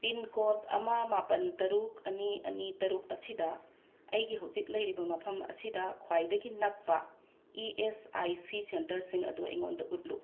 pincode ꯑꯃ ꯃꯥꯄꯟ ꯇꯔꯨꯛ ꯑꯅꯤ ꯑꯅꯤ ꯇꯔꯨꯛ ꯑꯁꯤꯗ ꯑꯩꯒꯤ ꯍꯧꯖꯤꯛ ꯂꯩꯔꯤꯕ ꯃꯐꯝ ꯑꯁꯤꯗ ꯈ꯭ꯋꯥꯏꯗꯒꯤ ꯅꯛꯄ ꯏ ꯑꯦꯁ ꯑꯥꯏ ꯁꯤ ꯁꯦꯟꯇꯔꯁꯤꯡ ꯑꯗꯨ ꯑꯩꯉꯣꯟꯗ ꯎꯠꯂꯨ